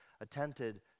attempted